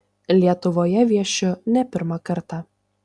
lietuvoje viešiu ne pirmą kartą